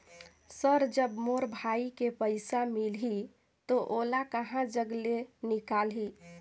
Sir जब मोर भाई के पइसा मिलही तो ओला कहा जग ले निकालिही?